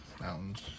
Mountains